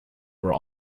were